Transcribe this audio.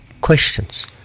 questions